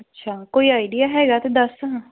ਅੱਛਾ ਕੋਈ ਆਈਡੀਆ ਹੈਗਾ ਤਾਂ ਦੱਸ